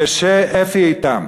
כשאפי איתם,